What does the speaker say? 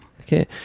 Okay